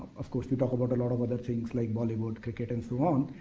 of course, we talk about a lot of other things like bollywood, cricket, and so on,